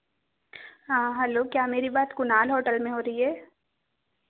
हाँ हेलो क्या मेरी बात कुणाल होटल में हो रही है